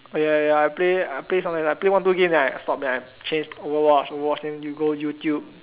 uh ya ya I play I play sometimes I play one two game then I stop then I change Overwatch Overwatch then you go Youtube